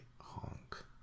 honk